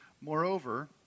Moreover